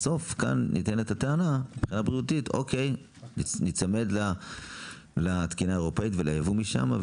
בסוף כאן נטענת טענה בריאותית להיצמד לתקינה האירופית ולייבוא משם.